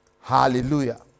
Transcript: hallelujah